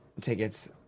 tickets